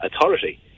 authority